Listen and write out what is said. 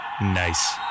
Nice